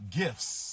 gifts